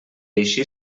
així